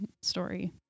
story